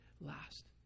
last